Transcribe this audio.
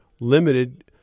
limited